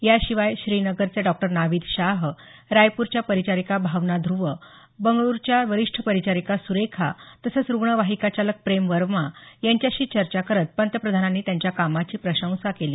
याशिवाय श्रीनगरचे डॉक्टर नाविद शाह रायपूरच्या परिचारिका भावना ध्रव बंगळ्रूच्या वरिष्ठ परिचारिका स्रोखा तसंच रुग्ण्वाहिका चालक प्रेम वर्मा यांच्याशी चर्चा करत पंतप्रधानांनी त्यांच्या कामाची प्रशंसा केली